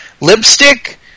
lipstick